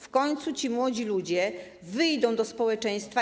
W końcu ci młodzi ludzie wyjdą do społeczeństwa.